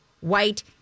white